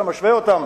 ואתה משווה אותם